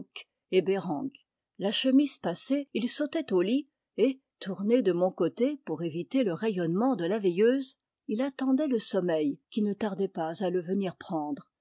bereng la chemise pas sée il sautait au lit et tourné de mon côté pour éviter le rayonnement dp la veilleuse il attendait le sommeil qui ne tardait pas à le venir prendre